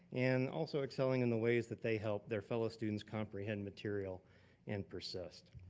and also excelling in the ways that they help their fellow students comprehend material and persist.